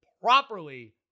properly